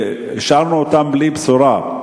והשארנו אותם בלי בשורה.